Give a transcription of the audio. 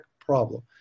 problem